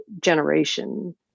generation